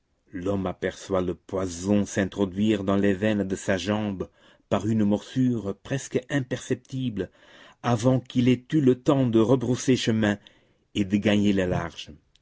l'homme aperçoit le poison s'introduire dans les veines de sa jambe par une morsure presque imperceptible avant qu'il ait eu le temps de rebrousser chemin et de gagner le large